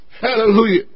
Hallelujah